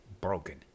broken